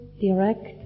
direct